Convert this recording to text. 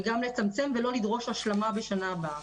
וגם לצמצם ולא לדרוש השלמה בשנה הבאה.